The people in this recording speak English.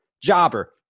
Jobber